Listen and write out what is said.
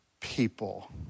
people